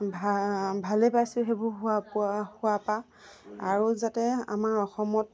ভালে পাইছে সেইবোৰ হোৱা পোৱা হোৱাৰ পৰা আৰু যাতে আমাৰ অসমত